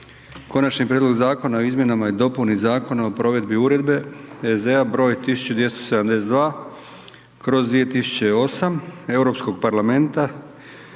Konačni prijedlog Zakona o izmjenama i dopuni Zakona o provedbi Uredbe (EZ) br. 1272/2008 Europskoga parlamenta